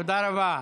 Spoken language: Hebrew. תודה רבה.